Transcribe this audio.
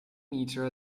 meter